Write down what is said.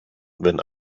wenn